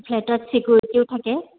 ফ্লেটত চিকিউৰিটিও থাকে